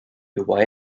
juba